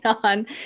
on